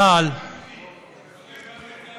אבל, תסביר אותו איך שאתה מבין,